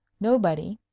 nobody,